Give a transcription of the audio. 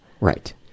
Right